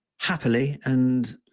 happily. and